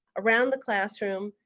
around the classroom,